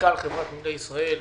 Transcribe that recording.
מנכ"ל חברת נמלי ישראל,